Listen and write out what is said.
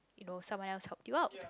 you know someone else helped you out